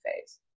phase